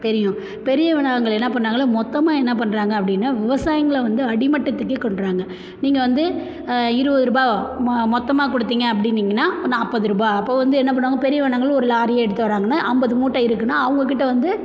தெரியும் பெரிய வளாகங்கள் என்ன பண்ணாங்களோ மொத்தமாக என்ன பண்ணுறாங்க அப்படின்னா விவசாயிங்களை வந்து அடிமட்டத்துக்கே கொண்டுறாங்க நீங்கள் வந்து இருபதுரூபா மொ மொத்தமாக கொடுத்தீங்க அப்படின்னீங்கன்னா நாற்பதுரூபா அப்போது வந்து என்ன பண்ணுவாங்க பெரிய வளாகங்கள் ஒரு லாரியை எடுத்து வராங்கன்னா ஐம்பது மூட்டை இருக்குதுன்னா அவங்கக்கிட்ட வந்து